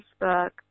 Facebook